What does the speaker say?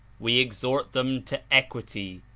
we exhort them to equity,